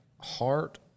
heart